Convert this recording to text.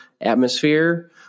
atmosphere